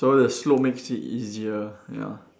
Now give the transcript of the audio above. so the slope makes it easier ya